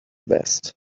vest